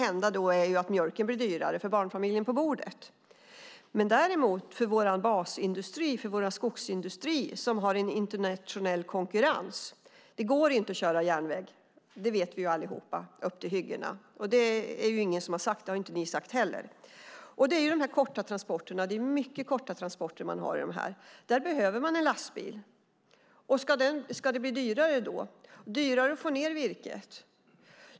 Däremot går det inte att köra på järnväg upp till hyggena för vår basindustri, vår skogsindustri, som har en internationell konkurrens. Och det är det ingen som har sagt, inte ni heller. Där är det mycket korta transporter, och där behöver man en lastbil. Ska det då bli dyrare att få ned virket?